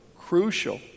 crucial